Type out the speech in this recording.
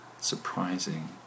surprising